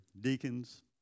deacons